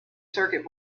circuit